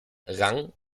rang